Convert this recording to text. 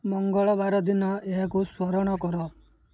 ମଙ୍ଗଳବାର ଦିନ ଏହାକୁ ସ୍ମରଣ କର